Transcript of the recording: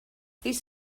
this